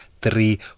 three